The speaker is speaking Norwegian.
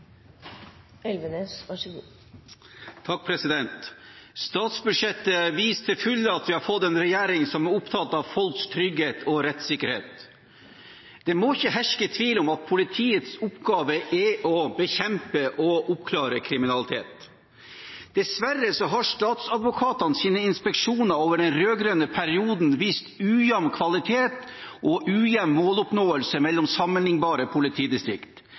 Statsbudsjettet viser til fulle at vi har fått en regjering som er opptatt av folks trygghet og rettssikkerhet. Det må ikke herske tvil om at politiets oppgave er å bekjempe og oppklare kriminalitet. Dessverre har statsadvokatenes inspeksjoner gjennom den rød-grønne perioden vist ujevn kvalitet og ujevn måloppnåelse mellom sammenlignbare